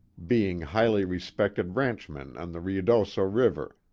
being highly respected ranchmen on the ruidoso river,